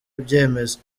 ibyemezo